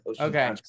Okay